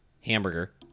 hamburger